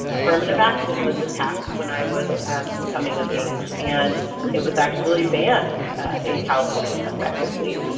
affirmative action was the task when i was coming of age and it was actually banned in california, effectively,